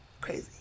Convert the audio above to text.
Crazy